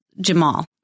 Jamal